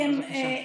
כי הם,